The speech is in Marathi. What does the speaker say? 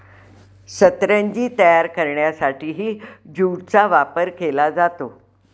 सतरंजी तयार करण्यासाठीही ज्यूटचा वापर केला जातो